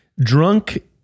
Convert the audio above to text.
Drunk